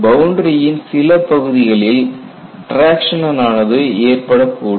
boundary யின் சில பகுதிகளில் டிராக்சன் ஆனது ஏற்படக்கூடும்